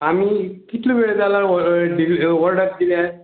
आमी कितलो वेळ जाल्यार डिली वॉर्डर दिल्यार